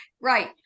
right